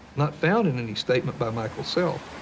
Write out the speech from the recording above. not found in any statement by michael self.